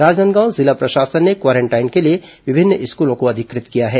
राजनांदगांव जिला प्रशासन ने क्वारेंटाइन के लिए विभिन्न स्कूलों को अधिकृत किया है